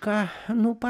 ką nu pa